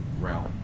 realm